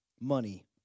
money